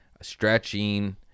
stretching